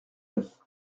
neuf